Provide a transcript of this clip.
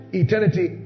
eternity